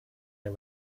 der